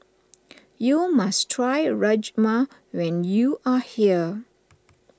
you must try Rajma when you are here